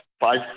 five